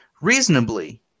reasonably